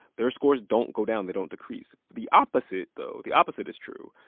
their scores don't go down. they don't decrease. the opposite, though the opposite is true.